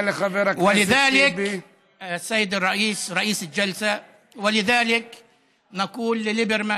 ולכן, אדוני יושב-ראש הישיבה, אנו אומרים לליברמן